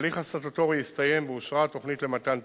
ההליך הסטטוטורי הסתיים ואושרה התוכנית למתן תוקף.